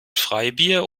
freibier